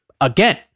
again